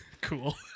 Cool